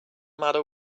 matter